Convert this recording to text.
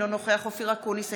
אינו נוכח אופיר אקוניס,